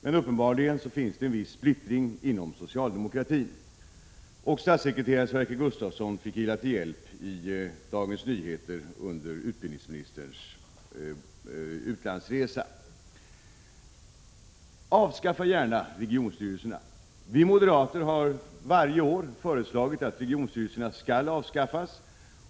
Men uppenbarligen finns det en viss splittring inom socialdemokratin. Statssekreteraren Sverker Gustavsson fick ila till hjälp i Dagens Nyheter under utbildningsministerns utlandsresa. Avskaffa gärna regionstyrelserna. Vi moderater har varje år föreslagit att regionstyrelserna skall avskaffas.